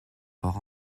par